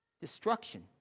destruction